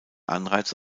anreiz